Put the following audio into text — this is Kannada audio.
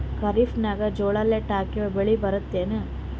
ಖರೀಫ್ ನಾಗ ಜೋಳ ಲೇಟ್ ಹಾಕಿವ ಬೆಳೆ ಬರತದ ಏನು?